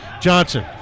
Johnson